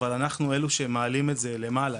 אבל אנחנו אלה שמעלים את הממוצע מעלה,